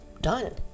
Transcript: done